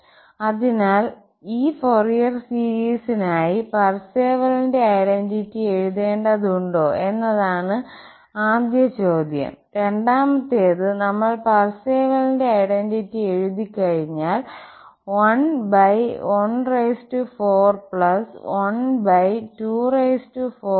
അതിനാൽ അതിനാൽ ഈ ഫോറിയർ സീരീസിനായി പാർസെവലിന്റെ ഐഡന്റിറ്റി എഴുതേണ്ടതുണ്ടോ എന്നതാണ് ആദ്യ ചോദ്യം രണ്ടാമത്തേത് നമ്മൾ പാർസേവലിന്റെ ഐഡന്റിറ്റി എഴുതിക്കഴിഞ്ഞാൽ 114124134